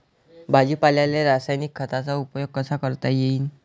भाजीपाल्याले रासायनिक खतांचा उपयोग कसा करता येईन?